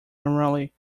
unruly